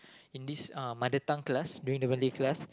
in this uh mother tongue class during the Malay class